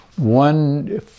One